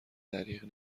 دریغ